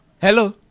Hello